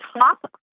top